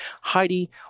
Heidi